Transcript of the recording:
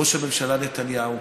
ראש הממשלה נתניהו,